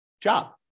job